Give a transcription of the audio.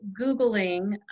Googling